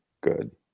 good